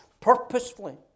purposefully